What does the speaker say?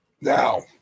Now